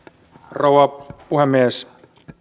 rouva puhemies